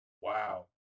Wow